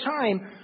time